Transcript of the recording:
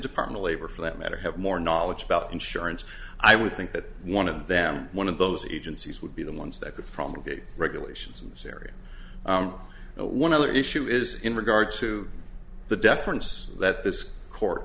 department for that matter have more knowledge about insurance i would think that one of them one of those agencies would be the ones that could probably be regulations in this area and one other issue is in regard to the deference that this court